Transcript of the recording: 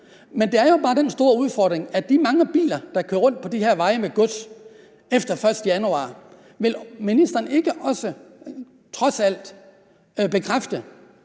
Men der er jo bare den store udfordring, at der er mange biler, der kører rundt på de her veje med gods efter den 1. januar. Vil ministeren ikke også trods alt bekræfte,